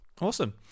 Awesome